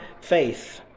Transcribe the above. faith